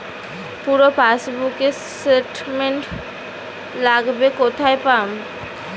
পুরো পাসবুকের স্টেটমেন্ট লাগবে কোথায় পাব?